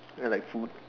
I like food